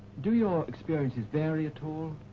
do your experiences vary at all?